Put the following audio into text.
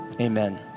Amen